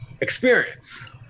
Experience